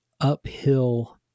uphill